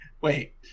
Wait